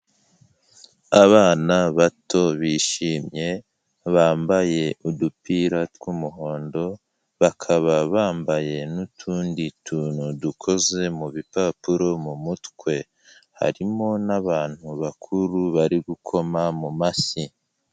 Abana bato bishimye bambaye udupira tw'umuhondo bakaba bambaye n'utundi tuntu dukoze mu bipapuro mu mutwe, harimo n'abantu bakuru bari gukoma mu mashyi.